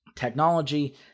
technology